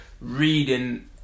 reading